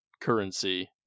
currency